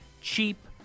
cheap